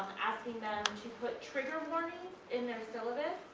asking them to put trigger warnings in their syllabus